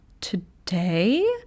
today